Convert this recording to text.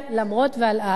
למרות ועל אף,